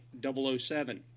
007